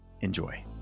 enjoy